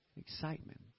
excitement